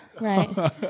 right